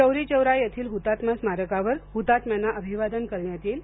चौरी चौरा येथील हुतात्मा स्मारकावर हुतात्म्यांना अभिवादन करण्यात येईल